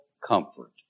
comfort